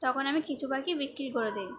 তখন আমি কিছু পাখি বিক্রি করে দিই